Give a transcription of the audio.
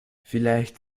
vielleicht